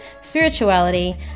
spirituality